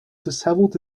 dishevelled